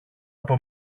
από